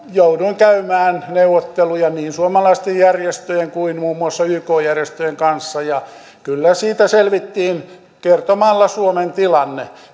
jouduin käymään neuvotteluja niin suomalaisten järjestöjen kuin muun muassa yk järjestöjenkin kanssa ja kyllä siitä selvittiin kertomalla suomen tilanne